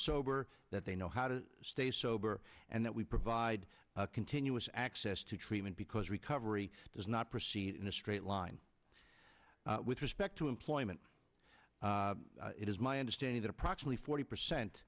sober that they know how to stay sober and that we provide continuous access to treatment because recovery does not proceed in a straight line with respect to employment it is my understanding that approximately forty percent